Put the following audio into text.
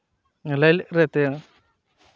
ᱞᱟᱹᱭ ᱞᱮᱫ ᱨᱮᱛᱮ